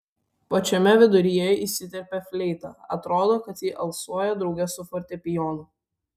pačiame viduryje įsiterpia fleita atrodo kad ji alsuoja drauge su fortepijonu